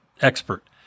expert